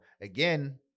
again